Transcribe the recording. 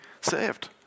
saved